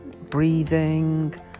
breathing